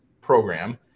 program